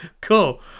cool